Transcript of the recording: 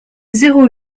zéro